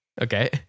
Okay